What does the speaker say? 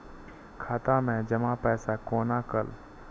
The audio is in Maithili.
खाता मैं जमा पैसा कोना कल